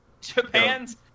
Japan's